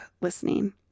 listening